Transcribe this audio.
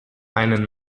einen